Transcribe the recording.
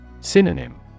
Synonym